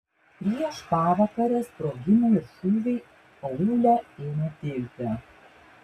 prieš pavakarę sprogimai ir šūviai aūle ėmė tilti